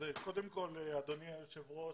קודם כל אדוני היושב-ראש,